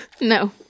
no